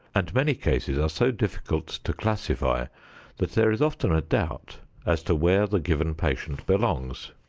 and many cases are so difficult to classify that there is often a doubt as to where the given patient belongs.